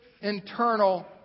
internal